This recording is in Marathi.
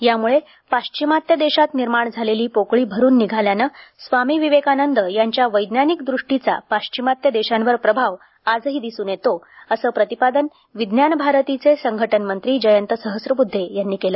त्यामुळे पाश्चिमात्य देशांत निर्माण झालेली पोकळी भरून निघाल्याने स्वामी विवेकानंद यांच्या वैज्ञानिक दृष्टीचा पश्चिमात्य देशांचा प्रभाव आजही दिसून येतो असे प्रतिपादन विज्ञान भारतीचे संघटन मंत्री जयंत सहस्त्रबुद्धे यांनी केले